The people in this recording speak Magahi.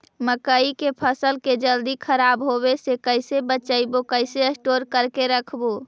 मकइ के फ़सल के जल्दी खराब होबे से कैसे बचइबै कैसे स्टोर करके रखबै?